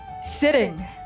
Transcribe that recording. sitting